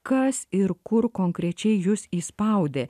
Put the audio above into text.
kas ir kur konkrečiai jus įspaudė